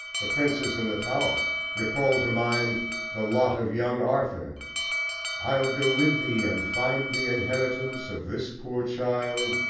the princes in the tower recall to mind the lot of young arthur i'll go with thee, and find the inheritance of this poor child,